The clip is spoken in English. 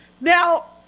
Now